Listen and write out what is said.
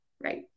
right